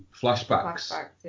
flashbacks